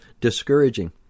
discouraging